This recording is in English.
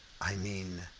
i mean,